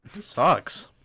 sucks